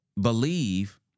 believe